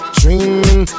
dreaming